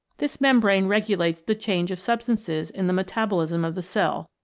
this membrane regulates the change of substances in the metabolism of the cell,